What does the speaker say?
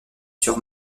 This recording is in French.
sur